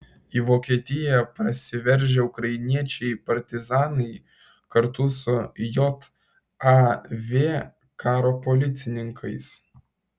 į vokietiją prasiveržę ukrainiečiai partizanai kartu su jav karo policininkais